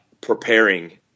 preparing